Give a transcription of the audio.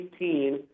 2018